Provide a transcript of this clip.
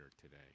today